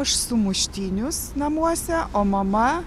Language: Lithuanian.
aš sumuštinius namuose o mama